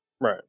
Right